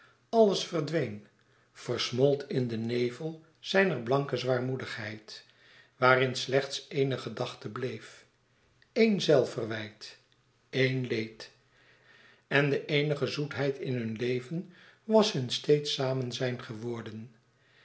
alles verdween versmolt in den nevel zijner blanke zwaarmoedigheid waarin slechts éene gedachte bleef éen zelfverwijt éen leed en de eenige zoetheid in hun leven was hun steeds samenzijn geworden